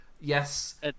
Yes